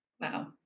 Wow